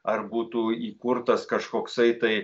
ar būtų įkurtas kažkoksai tai